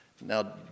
Now